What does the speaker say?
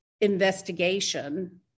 investigation